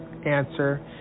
answer